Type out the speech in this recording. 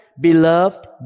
beloved